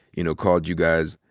you know, called you guys,